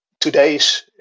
today's